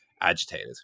agitated